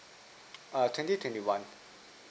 err twenty twenty one